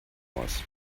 aus